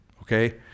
okay